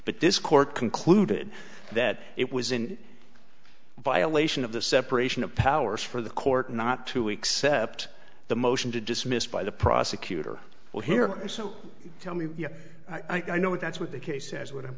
but this court concluded that it was in violation of the separation of powers for the court not to accept the motion to dismiss by the prosecutor will hear so tell me i know what that's what the case is what i